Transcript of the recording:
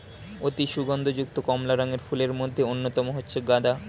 অতি সুগন্ধ যুক্ত কমলা রঙের ফুলের মধ্যে অন্যতম হচ্ছে গাঁদা